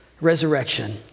resurrection